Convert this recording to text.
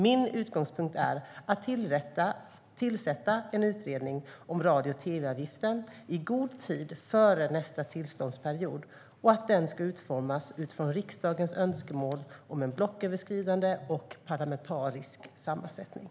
Min utgångspunkt är att tillsätta en utredning om radio och tv-avgiften i god tid före nästa tillståndsperiod och att den ska utformas utifrån riksdagens önskemål om en blocköverskridande och parlamentarisk sammansättning.